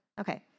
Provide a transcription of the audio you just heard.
Okay